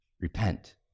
repent